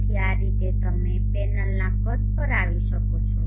તેથી આ રીતે તમે પેનલના કદ પર આવી શકો છો